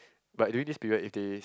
but during this period if they